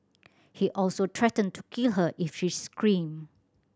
he also threatened to kill her if she screamed